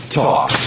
talk